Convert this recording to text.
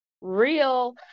real